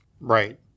Right